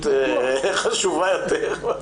מ-2014.